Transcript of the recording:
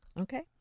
Okay